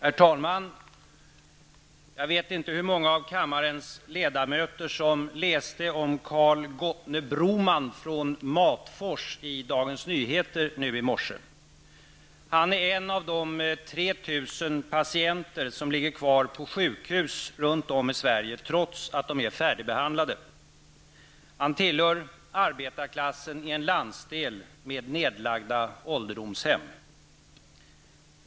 Herr talman! Jag vet inte hur många av kammarens ledamöter som läste om Karl Gottne Broman från Matfors i Dagens Nyheter i morse. Gottne är en av de ca 3 000 patienter som ligger kvar på sjukhus runt om i Sverige trots att de är färdigbehandlade. Han tillhör arbetarklasssen i en landsdel där ålderdomshemmen har lagts ned.